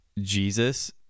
Jesus